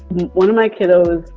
one of my kiddos.